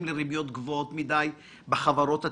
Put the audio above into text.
לריביות גבוהות מידי בחברות התפעוליות,